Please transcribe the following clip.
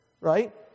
Right